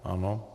Ano.